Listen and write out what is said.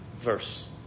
verse